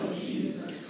Jesus